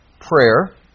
Prayer